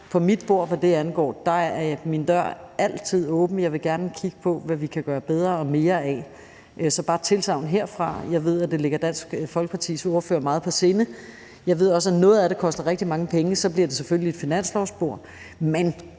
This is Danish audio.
på mit bord, at min dør altid er åben, og at jeg gerne vil kigge på, hvad vi kan gøre bedre og mere af. Så det er bare et tilsagn herfra, og jeg ved, at det ligger Dansk Folkepartis ordfører meget på sinde. Jeg ved også, at noget af det koster rigtig mange penge, og så bliver det selvfølgelig et finanslovsbord, men